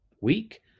week